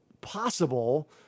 possible